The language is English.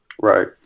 Right